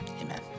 Amen